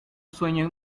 sueño